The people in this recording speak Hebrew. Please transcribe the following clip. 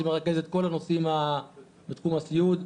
שמרכז את כל הנושאים בתחום הסיעוד,